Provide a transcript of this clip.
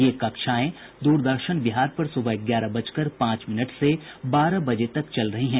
ये कक्षाएं द्रदर्शन बिहार पर सुबह ग्यारह बजकर पांच मिनट से बारह बजे तक चल रही हैं